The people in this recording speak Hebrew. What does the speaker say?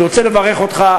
אני רוצה לברך אותך,